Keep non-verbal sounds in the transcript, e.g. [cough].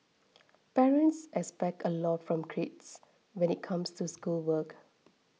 parents expect a lot from [unintelligible] when it comes to schoolwork